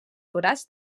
forats